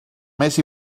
més